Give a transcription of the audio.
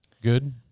good